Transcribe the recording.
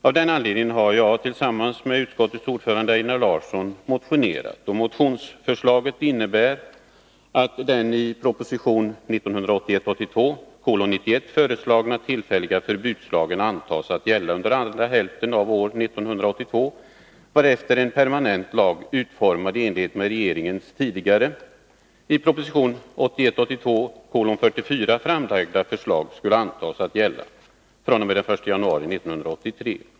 Av den anledningen har jag, tillsammans med utskottets ordförande Einar Larsson, väckt en motion vars förslag innebär att den i proposition 1981 82:44 framlagda förslag skulle antas att gälla fr.o.m. den 1 januari 1983.